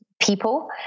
people